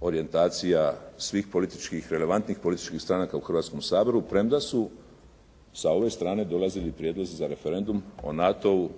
orijentacija svih političkih relevantnih političkih stranaka u Hrvatskom saboru, premda su sa ove strane dolazili prijedlozi za referendum o NATO-u.